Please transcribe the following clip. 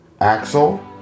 Axel